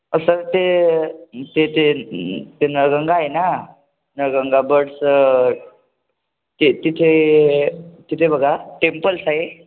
असं ते ते ते ते नळगंगा आहे ना नळगंगा बर्डसं ति तिथे तिथे बघा टेम्पल्स आहे